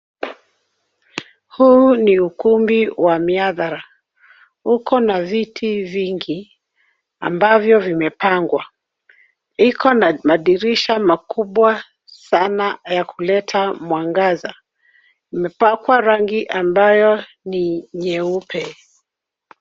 Huu ni ukumbi wa mihadhara. Uko na viti vingi, ambavyo vimepangwa. Iko na madirisha makubwa sana ya kuleta mwangaza. Imepakwa rangi ambayo ni nyeupe.